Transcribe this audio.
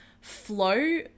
flow